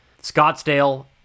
Scottsdale